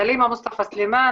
סלימה מוסטפא-סלימאן,